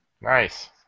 Nice